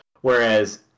whereas